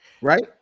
right